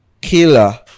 Killer